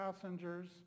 passengers